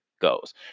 goes